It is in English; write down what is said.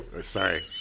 sorry